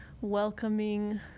welcoming